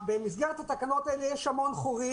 במסגרת התקנות האלה יש המון חורים,